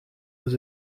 was